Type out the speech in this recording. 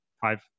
five